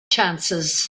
chances